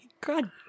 God